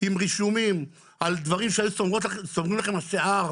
ורישומים על דברים שהיו מסמרים לכם את השיער